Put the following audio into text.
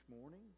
morning